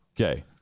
Okay